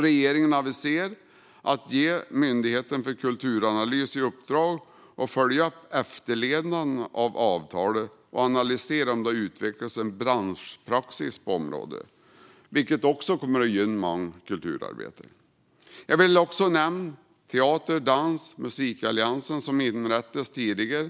Regeringen har aviserat att man ska ge Myndigheten för kulturanalys i uppdrag att följa upp efterlevnaden av avtalet och analysera om det har utvecklats en branschpraxis på området, vilket också kommer att gynna många kulturarbetare. Jag vill också nämna Teateralliansen, Dansalliansen och Musikalliansen, som inrättades tidigare.